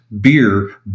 beer